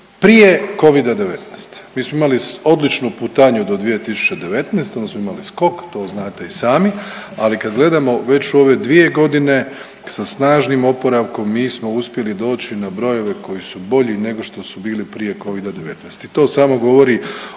prije Covida-19. Mi smo imali odličnu putanju do 2019., onda smo imali skok, to znate i sami, ali kad gledamo već u ove dvije godine sa snažnim oporavkom, mi smo uspjeli doći na brojeve koji su bolji nego što su bili prije Covida-19